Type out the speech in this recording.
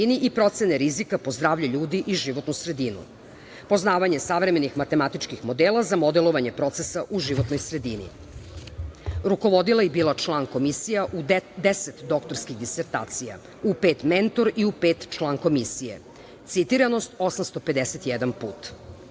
i procene rizika po zdravlje ljudi i životnu sredinu. Poznavanje savremenih matematičkih modela za modelovanje procesa u životnoj sredini. Rukovodila i bila član komisija u deset doktorskih disertacija, u pet mentor i u pet član komisije. Citiranost – 851